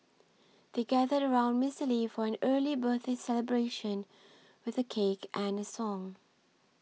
they gathered around Mister Lee for an early birthday celebration with a cake and a song